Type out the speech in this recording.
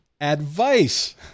advice